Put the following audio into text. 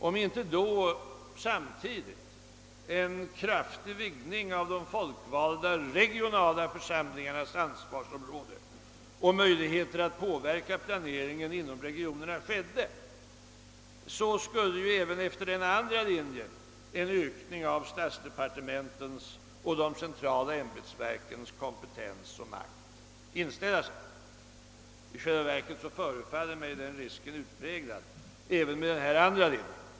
Om i så fall inte samtidigt en kraftig vidgning av de folkvalda regionala församlingarnas ansvarsområde och av möjligheterna att påverka planeringen inom regionen skedde, skulle också efter den linjen en ökning av statsdepartementens och de centrala ämbetsverkens kompetens och makt uppkomma. I själva verket förefaller mig den risken utpräglad även med denna andra linje.